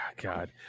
God